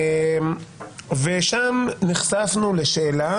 ושם נחשפנו לשאלה